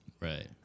right